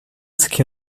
ski